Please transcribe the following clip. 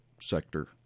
sector